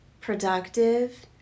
productive